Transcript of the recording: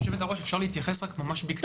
יושבת הראש, אפשר להתייחס רק, ממש בקצרה?